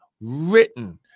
written